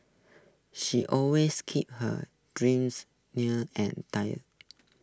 she always keeps her dreams near and tidy